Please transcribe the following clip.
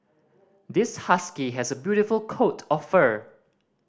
this husky has a beautiful coat of fur